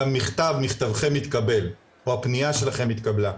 גם מכתב "מכתבכם התקבל", או "הפניה שלכם התקבלה".